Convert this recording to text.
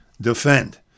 defend